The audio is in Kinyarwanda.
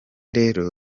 rero